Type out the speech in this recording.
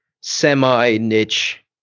semi-niche